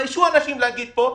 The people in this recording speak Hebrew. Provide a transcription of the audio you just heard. התביישו האנשים להגיד פה,